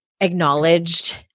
acknowledged